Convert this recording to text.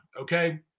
okay